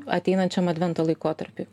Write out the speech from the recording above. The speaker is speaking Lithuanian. ateinančiam advento laikotarpiui